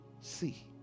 see